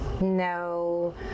no